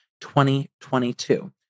2022